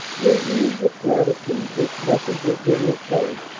will read with gratitude this message of general currie,